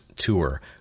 tour